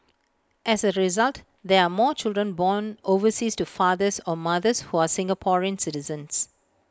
as A result there are more children born overseas to fathers or mothers who are Singaporean citizens